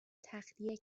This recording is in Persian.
تخلیه